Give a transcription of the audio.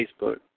Facebook